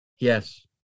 yes